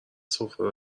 سفره